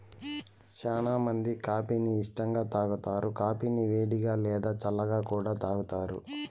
చానా మంది కాఫీ ని ఇష్టంగా తాగుతారు, కాఫీని వేడిగా, లేదా చల్లగా కూడా తాగుతారు